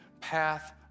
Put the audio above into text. path